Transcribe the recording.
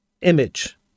image